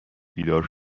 بیدار